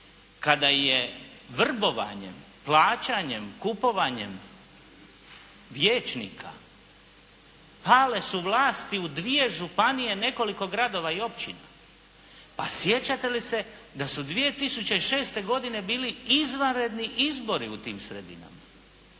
kada je vrbovanjem, plaćanjem, kupovanjem vijećnika, pale su vlasti u dvije županije, nekoliko gradova i općina. Pa sjećate li se da su 2006. godine bili inzvaredni izbori u tim sredinama?